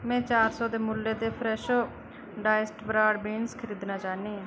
में चार सौ दे मुल्लै दे फ्रैशो डाइस्ड ब्राड बीन्स खरीदना चाह्न्नी आं